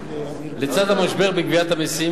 לצד המשבר בגביית המסים,